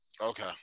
Okay